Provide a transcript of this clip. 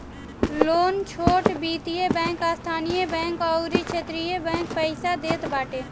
loan छोट वित्तीय bank, स्थानीय बैंक अउरी क्षेत्रीय बैंक पईसा देत बाटे